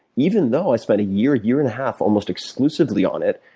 even though i spent a year, year and a half, almost exclusively on it,